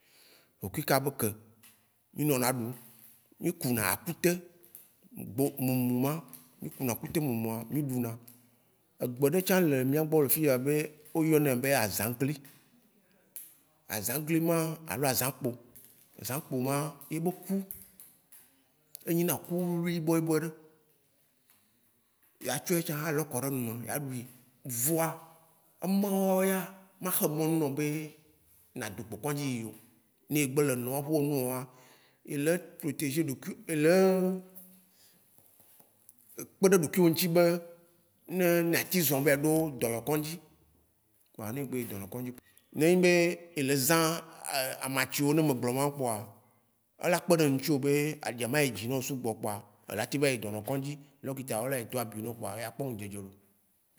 Hukuika be ke. Mí nɔna eɖu. Mí ku na akute, gbo- mumu ma, mí kuna akute mumu mí ɖuna. Egbe ɖe tsã le mía gbɔ le fia be oyɔnɛ be azãgli, azãgli ma alo azãkpo, azãkpo ma ye ne ku enyi na eku wuwuli boɖiboɖe. Ya tsɔ etsã tsɔ kɔɖe me ya ɖui, vɔa ema wo ya ma hã mɔ nao be na ɖu kpɔkpɔ̃ dzi yio. Ne egbe le nɔ wo gbɔ nuwɔa ele protéger ɖokui ele kpeɖe ɖokuiwo ŋtsi be ne na tsi zɔ̃ vaɛ ɖo dɔ̃nɔ kɔ̃dzi. Kpoa nɛ egbe yi dɔnɔ kɔ̃dzi, ne enyi be ele zã amatsi wo ne me le gblɔ ma kpoa, ela kpeɖe ŋtsio be aɖia ma yi sugbɔ kpoa ela tsi va yi dɔnɔ kɔ̃dzi, ɖɔkita wo la yi do abui nao kpoa e ya kpɔ ŋudzedze lo.